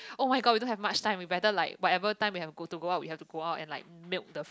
[oh]-my-god we don't have much time we better like whatever time we have to go out we go out and like milk the